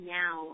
now